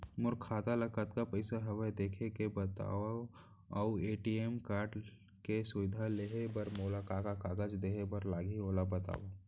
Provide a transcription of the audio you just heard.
मोर खाता मा कतका पइसा हवये देख के बतावव अऊ ए.टी.एम कारड के सुविधा लेहे बर मोला का का कागज देहे बर लागही ओला बतावव?